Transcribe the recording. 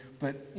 but, you